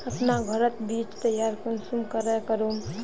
अपना घोरोत बीज तैयार कुंसम करे करूम?